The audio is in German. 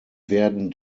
werden